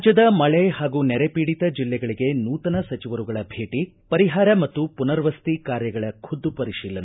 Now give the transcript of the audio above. ರಾಜ್ಞದ ಮಳೆ ಹಾಗೂ ನೆರೆ ಪೀಡಿತ ಜಿಲ್ಲೆಗಳಿಗೆ ನೂತನ ಸಚಿವರುಗಳ ಭೇಟ ಪರಿಹಾರ ಮತ್ತು ಪುನರ್ವಸತಿ ಕಾರ್ಯಗಳ ಖುದ್ದು ಪರಿಶೀಲನೆ